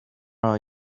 are